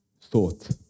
thought